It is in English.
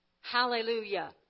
hallelujah